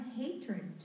hatred